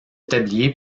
tablier